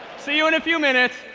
see you in a few minutes.